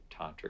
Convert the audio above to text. tantric